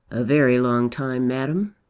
a very long time, madam.